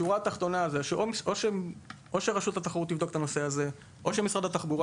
בשורה התחתונה: או שרשות התחרות תבדוק את הנושא הזה; או שמשרד התחבורה